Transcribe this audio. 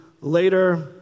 later